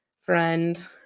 friend